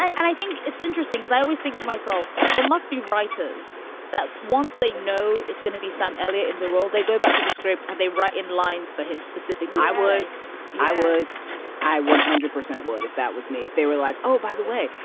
and i think it's interesting, because i always think to myself, there must be writers that once they know it's gonna be some ellia in the role, they go back to the script and they write in lines for him specifically i was i was i one hundred percent would if that was me, if they were like, oh, by the way,